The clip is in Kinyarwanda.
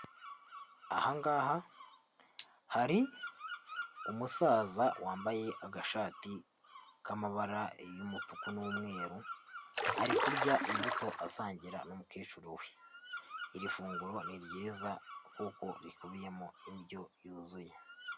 Aha ngaha hari umusaza wambaye agashati k'amabara y'umutuku n'umweru, ari kurya imbuto asangira n'umukecuru we, iri funguro ni ryiza kuko rikubiyemo indyo yuzuye.